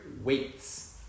weights